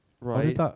Right